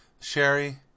Sherry